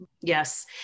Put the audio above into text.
Yes